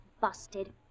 busted